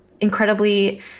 incredibly